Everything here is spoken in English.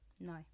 No